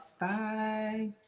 Bye